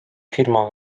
firma